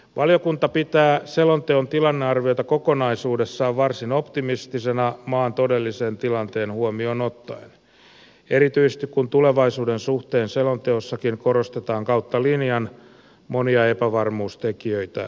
valiokunta pitää selonteon tilannearviota kokonaisuudessaan varsin optimistisena maan todellisen tilanteen huomioon ottaen erityisesti kun tulevaisuuden suhteen selonteossakin korostetaan kautta linjan monia epävarmuustekijöitä ja riskejä